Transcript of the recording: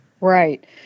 right